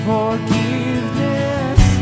Forgiveness